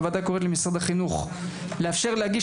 הוועדה קוראת למשרד החינוך לאפשר להגיש